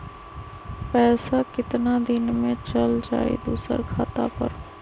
पैसा कितना दिन में चल जाई दुसर खाता पर?